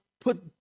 put